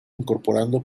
incorporando